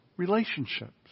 Relationships